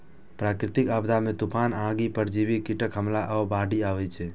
प्राकृतिक आपदा मे तूफान, आगि, परजीवी कीटक हमला आ बाढ़ि अबै छै